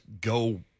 go